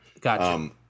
Gotcha